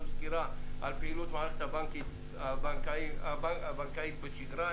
סקירה על פעילות המערכת הבנקאית בשגרה.